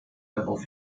darauf